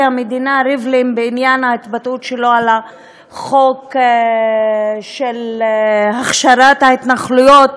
המדינה ריבלין בעניין ההתבטאות שלו על החוק של הכשרת ההתנחלויות